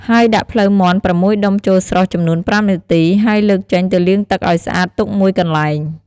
ហើយដាក់ភ្លៅមាន់៦ដុំចូលស្រុះចំនួន៥នាទីហើយលើកចេញទៅលាងទឹកឱ្យស្អាតទុកមួយកន្លែង។